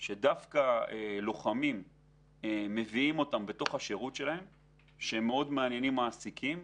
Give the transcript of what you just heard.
שדווקא לוחמים מביאים אותם מהשירות וזה מעניין מאוד מעסיקים.